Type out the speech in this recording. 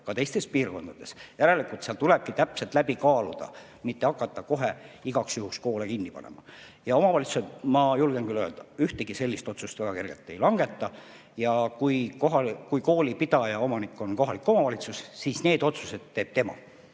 ka teistes piirkondades. Järelikult tulebki täpselt läbi kaaluda, mitte hakata kohe igaks juhuks koole kinni panema. Omavalitsused, ma julgen küll öelda, ühtegi sellist otsust väga kergelt ei langeta. Kui koolipidaja, omanik on kohalik omavalitsus, siis need otsused teeb tema.